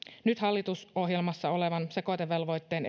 nyt hallitusohjelmassa oleva sekoitevelvoitteen